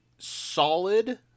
solid